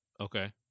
Okay